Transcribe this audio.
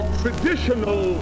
traditional